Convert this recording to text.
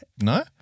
No